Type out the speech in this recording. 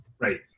Right